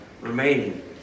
remaining